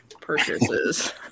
purchases